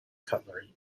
cutlery